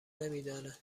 نمیدونه